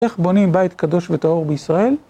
איך בונים בית קדוש וטהור בישראל?